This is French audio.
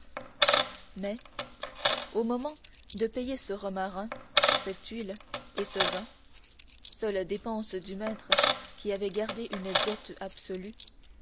mais au moment de payer ce romarin cette huile et ce vin seule dépense du maître qui avait gardé une diète absolue